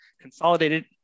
consolidated